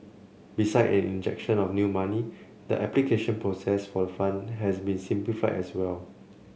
beside an injection of new money the application process for the fund has been simplified as well